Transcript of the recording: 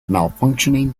malfunctioning